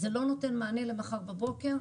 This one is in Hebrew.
זה לא נותן מענה למחר בבוקר.